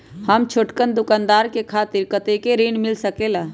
हम छोटकन दुकानदार के खातीर कतेक ऋण मिल सकेला?